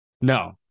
No